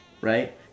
Right